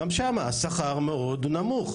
גם שם השכר מאוד נמוך.